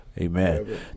Amen